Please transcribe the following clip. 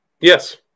Yes